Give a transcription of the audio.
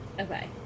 Okay